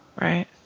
Right